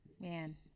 Man